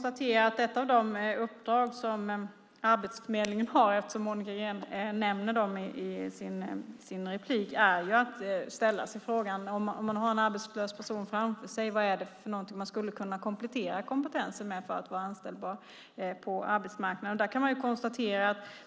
Herr talman! Monica Green nämnde Arbetsförmedlingen i sitt inlägg. Vi kan konstatera att ett av de uppdrag som Arbetsförmedlingen har när man har en arbetslös person framför sig är att ställa frågan vad det är för någonting som man skulle kunna komplettera kompetensen med för att personen ska vara anställbar på arbetsmarknaden.